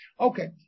Okay